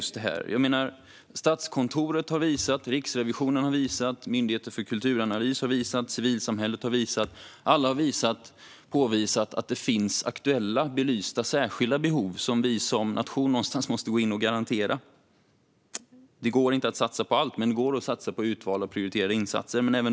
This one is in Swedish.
Statskontoret, Riksrevisionen, Myndigheten för kulturanalys samt civilsamhället har alla påvisat att det finns aktuella, belysta särskilda behov som vi som nation någonstans måste gå in och garantera. Det går inte att satsa på allt. Men det går att satsa på utvalda och prioriterade insatser.